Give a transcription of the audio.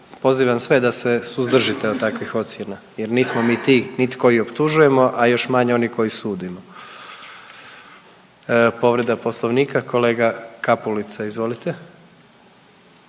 pozivam sve da se suzdržite od takvih ocjena jer nismo mi ti niti koji optužujemo, a još manje oni koji sudimo. Povreda Poslovnika, kolega Kapulica, izvolite.